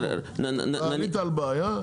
אני לא יודע כלום.